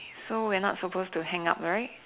so we're not supposed to hang up right